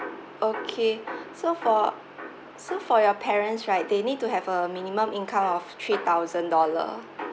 okay so for so for your parents right they need to have a minimum income of three thousand dollar